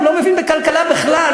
הוא לא מבין בכלכלה בכלל.